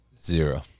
Zero